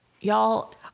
Y'all